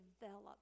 develop